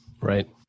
Right